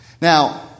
Now